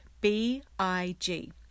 B-I-G